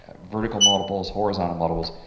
ah vertical model boards, horizontal model boards.